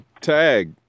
Tag